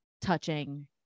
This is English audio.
touching